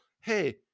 Hey